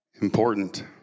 important